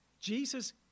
Jesus